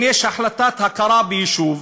אם יש החלטת הכרה ביישוב,